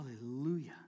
Hallelujah